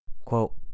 quote